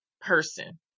person